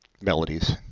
melodies